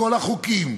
בכל החוקים,